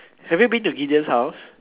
have you been to Gideon's house